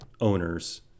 owners